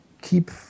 keep